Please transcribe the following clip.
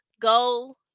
go